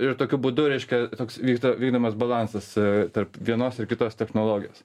ir tokiu būdu reiškia toks vyksta vykdomas balansas tarp vienos ir kitos technologijos